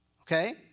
Okay